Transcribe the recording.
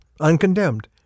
uncondemned